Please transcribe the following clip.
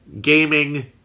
gaming